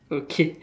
okay